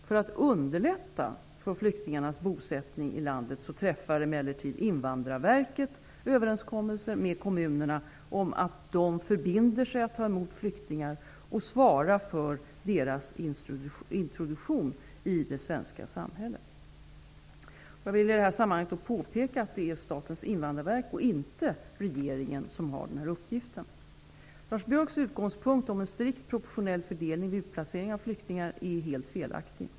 För att underlätta flyktingarnas bosättning i landet träffar emellertid Invandrarverket överenskommelser med kommunerna om att de förbinder sig att ta emot flyktingar och svara för deras introduktion i det svenska samhället. Jag vill i detta sammanhang påpeka att det är Statens invandrarverk och inte regeringen som har denna uppgift. Lars Biörcks utgångspunkt om en strikt proportionell fördelning vid utplacering av flyktingar är helt felaktig.